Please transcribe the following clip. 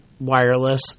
Wireless